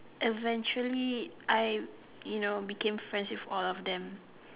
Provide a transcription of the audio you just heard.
eventually I you know became friends with all of them